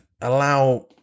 allow